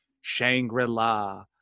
Shangri-La